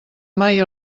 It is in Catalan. mai